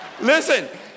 Listen